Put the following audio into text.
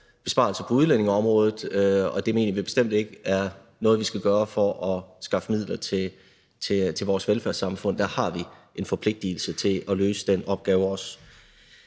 besparelser på udlændingeområdet, og det mener vi bestemt ikke er noget, vi skal gøre for at skaffe midler til vores velfærdssamfund – der har vi en forpligtelse til at løse den opgave også.